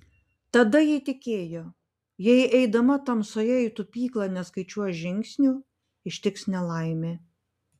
tada ji tikėjo jei eidama tamsoje į tupyklą neskaičiuos žingsnių ištiks nelaimė